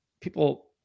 people